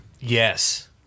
yes